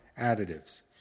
additives